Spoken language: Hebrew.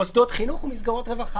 מוסדות חינוך ומסגרות רווחה,